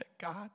God